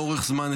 לאורך זמן,